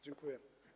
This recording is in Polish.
Dziękuję.